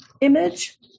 image